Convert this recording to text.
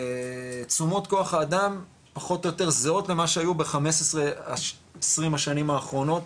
תשומות כוח האדם פחות או יותר זהות למה שהיו בעשרים השנים האחרונות,